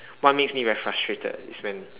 what makes me very frustrated is when